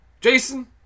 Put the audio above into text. Jason